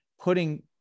putting